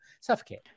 Suffocate